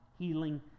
Healing